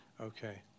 Okay